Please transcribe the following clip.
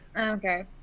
Okay